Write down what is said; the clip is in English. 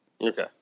Okay